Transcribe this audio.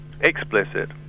explicit